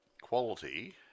quality